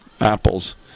apples